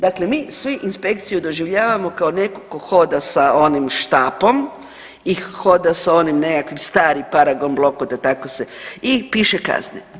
Dakle mi svi inspekciju doživljavamo kao nekog tko hoda sa onim štapom i hoda sa onim nekakvim starim paragon blokom da tako se i piše kazne.